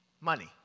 Money